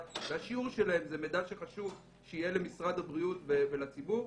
והשיעור שלהן זה מידע שחשוב שיהיה למשרד הבריאות ולציבור.